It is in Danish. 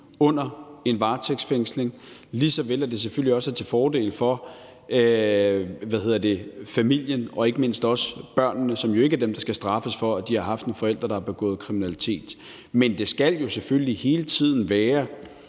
under en varetægtsfængsling, lige såvel som det selvfølgelig også er til fordel for familien og ikke mindst også børnene. Det er jo ikke dem, der skal straffes for, at de har en forælder, der har begået kriminalitet. Men det skal selvfølgelig hele tiden gå